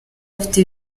bafite